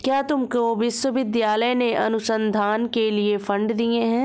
क्या तुमको विश्वविद्यालय ने अनुसंधान के लिए फंड दिए हैं?